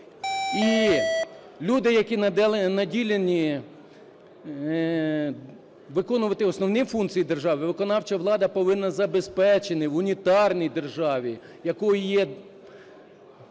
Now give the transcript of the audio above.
і люди, які наділені виконувати основні функції держави, виконавча влада повинна забезпечити в унітарній державі, якою є